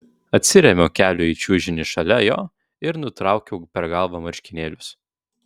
atsirėmiau keliu į čiužinį šalia jo ir nutraukiau per galvą marškinėlius